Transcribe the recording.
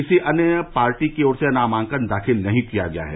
किसी अन्य पार्टी की ओर से नामांकन दाखिल नहीं किया गया है